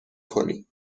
کنی